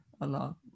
Allah